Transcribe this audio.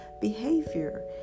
behavior